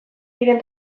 diren